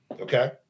okay